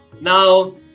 now